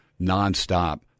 nonstop